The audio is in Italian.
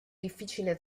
difficile